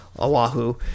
Oahu